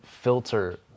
filter